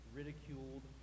ridiculed